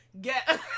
get